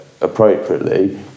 appropriately